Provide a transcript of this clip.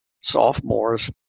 sophomores